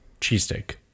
cheesesteak